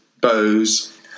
bows